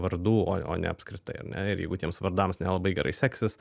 vardų o o ne apskritai ar ne ir jeigu tiems vardams nelabai gerai seksis